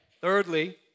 Thirdly